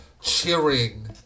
cheering